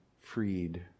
freed